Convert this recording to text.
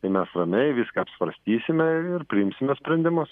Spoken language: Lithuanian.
tai mes ramiai viską apsvarstysime ir priimsime sprendimus